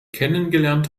kennengelernt